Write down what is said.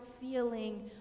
feeling